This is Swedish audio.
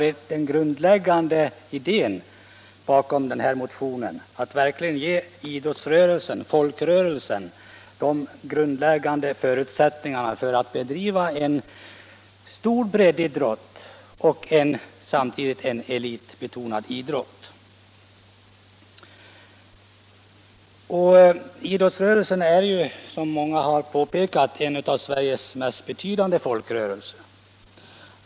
Idén bakom motionen har varit att ge denna folkrörelse de grundläggande förutsättningarna för att samtidigt bedriva både breddidrott och elitbetonad idrott. Idrottsrörelsen är, som många har påpekat, en av Sveriges mest betydande folkrörelser.